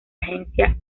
agencia